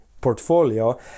portfolio